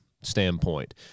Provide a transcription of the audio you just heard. standpoint